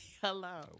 hello